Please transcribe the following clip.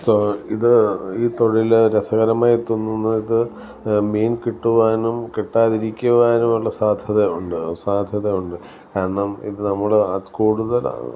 ഇത് ഈ തൊഴിൽ രസകരമായി തോന്നുന്നത് മീൻ കിട്ടുവാനും കിട്ടാതിരിക്കുവാനും ഉള്ള സാധ്യത ഉണ്ട് സാധ്യത ഉണ്ട് കാരണം ഇത് നമ്മൾ കൂടുതൽ